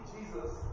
Jesus